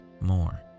more